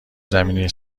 زمینی